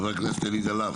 חבר הכנסת אלי דלל,